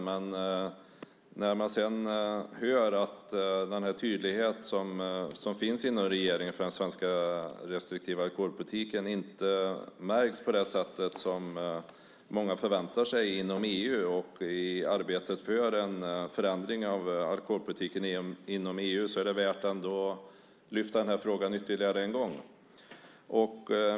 Men när man sedan hör att den tydlighet som finns inom regeringen för den svenska restriktiva alkoholpolitiken inte märks på det sätt som många förväntar sig inom EU och i arbetet för en förändring av alkoholpolitiken inom EU är det värt att lyfta upp frågan ytterligare en gång.